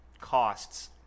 costs